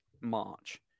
March